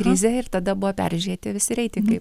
krizė ir tada buvo peržiūrėti visi reitingai